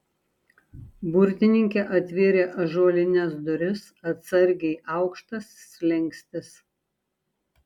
burtininkė atvėrė ąžuolines duris atsargiai aukštas slenkstis